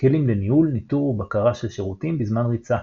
כלים לניהול, ניטור ובקרה של שירותים בזמן ריצה.